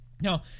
Now